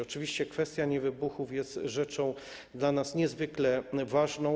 Oczywiście kwestia niewybuchów jest rzeczą dla nas niezwykle ważną.